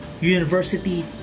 university